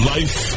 Life